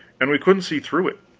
and we couldn't see through it.